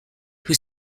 who